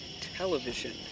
television